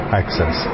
access